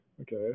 okay